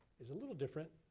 is a little different.